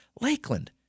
Lakeland